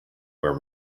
where